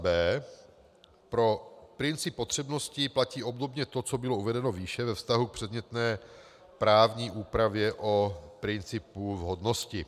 b) pro princip potřebnosti platí obdobně to, co bylo uvedeno výše ve vztahu k předmětné právní úpravě o principu vhodnosti;